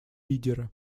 лидера